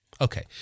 Okay